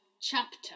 chapter